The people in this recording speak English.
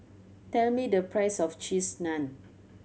tell me the price of Cheese Naan